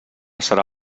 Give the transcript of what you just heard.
serà